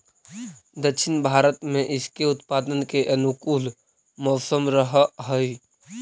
दक्षिण भारत में इसके उत्पादन के अनुकूल मौसम रहअ हई